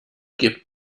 gibt